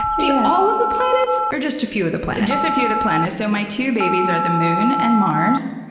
all of the planets, or just a few of the planets? just a few of the planets. so my two babies are the moon and mars.